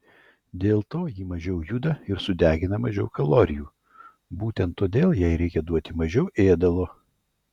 dėl to ji mažiau juda ir sudegina mažiau kalorijų būtent todėl jai reikia duoti mažiau ėdalo